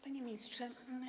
Panie Ministrze!